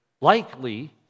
Likely